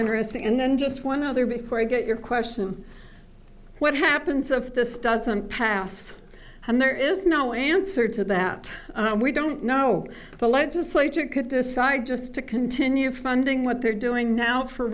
interesting in then just one other before i get your question what happens if this doesn't pass and there is no answer to that we don't know but let's slate you could decide just to continue funding what they're doing now for